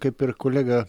kaip ir kolega